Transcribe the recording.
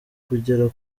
kugera